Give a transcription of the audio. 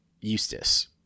Eustace